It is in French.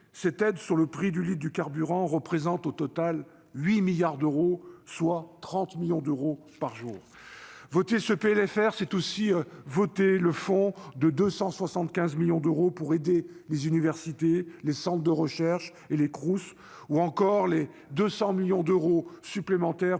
cette aide sur le prix du litre de carburant représente au total 8 milliards d'euros, soit 30 millions d'euros par jour. Voter ce PLFR, c'est aussi voter le fonds de 275 millions d'euros pour aider les universités, les centres de recherche et les Crous, ou encore les 200 millions d'euros supplémentaires